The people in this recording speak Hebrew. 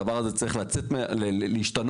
הדבר הזה צריך לצאת, להשתנות.